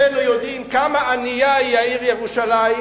שנינו יודעים כמה ענייה היא העיר ירושלים,